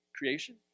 Creation